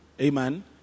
Amen